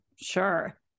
sure